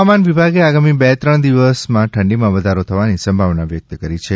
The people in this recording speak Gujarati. હવામાન વિભાગે આગામી બે ત્રણ દિવસ ઠંડીમાં વધારો થવાની સંભાવના વ્યક્ત કરી છે